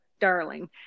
darling